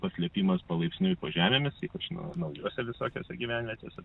paslėpimas palaipsniui po žemėmis ypač na naujose visokiose gyvenvietėse